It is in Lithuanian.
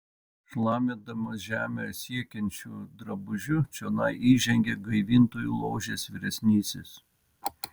šlamindamas žemę siekiančiu drabužiu čionai įžengė gaivintojų ložės vyresnysis